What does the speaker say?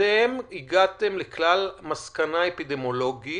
אתם הגעתם לכלל מסקנה אפידמיולוגית,